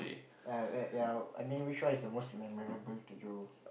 ya ya I mean which one is the most memorable to you